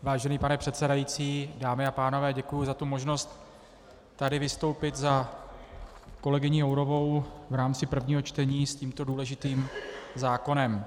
Vážený pane předsedající, dámy a pánové, děkuji za možnost tady vystoupit za kolegyni Jourovou v rámci prvního čtení s tímto důležitým zákonem.